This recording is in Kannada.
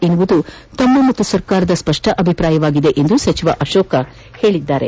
ಎನ್ನುವುದು ತಮ್ಮ ಮತ್ತು ಸರ್ಕಾರದ ಸ್ಪಷ್ಟ ಅಭಿಪ್ರಾಯವಾಗಿದೆ ಎಂದು ಸಚಿವ ಅಶೋಕ ಹೇಳಿದರು